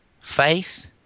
faith